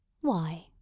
Why